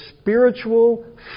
spiritual